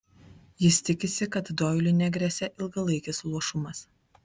jis tikisi kad doiliui negresia ilgalaikis luošumas